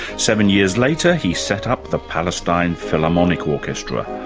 seven years later he set up the palestine philharmonic orchestra,